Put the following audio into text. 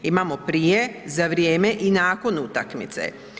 Imamo prije, za vrijeme i nakon utakmice.